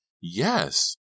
Yes